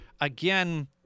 again